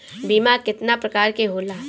बीमा केतना प्रकार के होला?